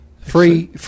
Free